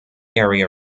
area